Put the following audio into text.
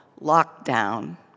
lockdown